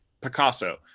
Picasso